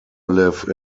live